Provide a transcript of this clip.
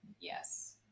Yes